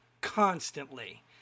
constantly